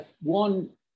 one